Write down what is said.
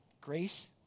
Grace